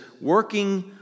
working